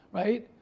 right